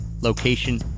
Location